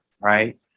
right